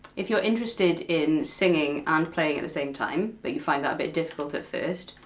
if you're interested in singing and playing at the same time, but you find that a bit difficult at first,